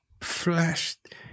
flashed